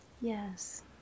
Yes